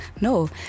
no